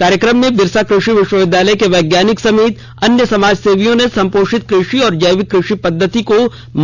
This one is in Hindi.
कार्यक्रम में बिरसा कृषि विश्वविद्यालय के वैज्ञानिक समेत अन्य समाजसेवियों ने संपोषित कृषि और जैविक कृषि पद्धति को